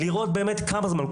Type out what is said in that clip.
צריך לראות באמת כמה זמן.